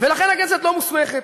ולכן הכנסת לא מוסמכת.